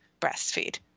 breastfeed